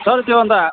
sir त्यो अन्त